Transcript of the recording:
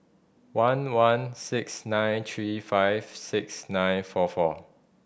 one one six nine three five six nine four four